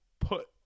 put